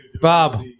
Bob